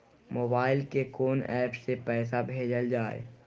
Mobile के कोन app से पैसा भेजल जाए?